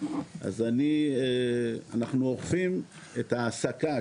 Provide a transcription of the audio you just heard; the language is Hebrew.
אז אנחנו אוכפים את ההעסקה,